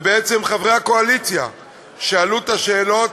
ובעצם חברי הקואליציה שאלו את השאלות,